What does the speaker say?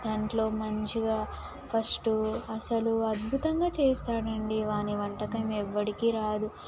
దాంట్లో మంచిగా ఫస్టు అసలు అద్భుతంగా చేస్తాడు అండి వాడి వంటకం ఎవరికీ రాదు చిన్న